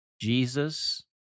Jesus